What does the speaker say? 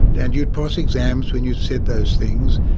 and you'd pass exams when you said those things.